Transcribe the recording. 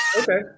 okay